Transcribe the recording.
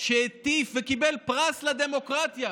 שהטיף וקיבל פרס לדמוקרטיה